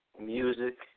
Music